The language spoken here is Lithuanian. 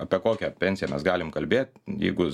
apie kokią pensiją mes galim kalbėt jeigu